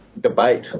debate